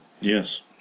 Yes